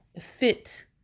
fit